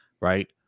right